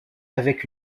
avec